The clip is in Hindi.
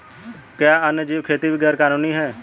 क्या वन्यजीव खेती गैर कानूनी है?